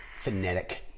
phonetic